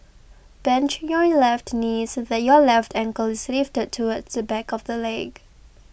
bend your left knee so that your left ankle is lifted towards the back of the leg